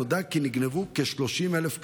נודע כי נגנבו כ-30,000 כדורים,